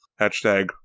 hashtag